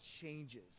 changes